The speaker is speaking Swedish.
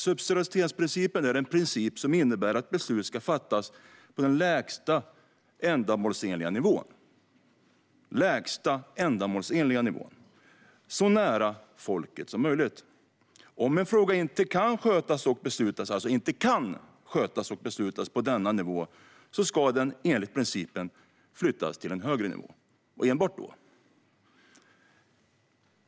Subsidiaritetsprincipen är en princip som innebär att beslut ska fattas på den lägsta ändamålsenliga nivån, så nära folket som möjligt. Om en fråga inte kan skötas och beslutas på denna nivå ska den enligt principen flyttas till en högre nivå, och enbart då.